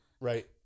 right